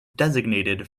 designated